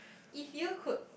if you could